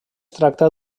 tracta